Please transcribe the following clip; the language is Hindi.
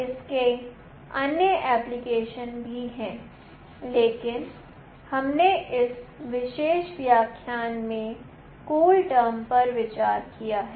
इसके अन्य एप्लीकेशन भी हैं लेकिन हमने इस विशेष व्याख्यान में कूल टर्म पर विचार किया है